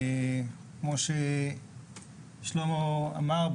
כמו ששלמה אמר,